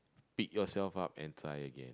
pick yourself up and try again